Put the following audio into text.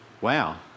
wow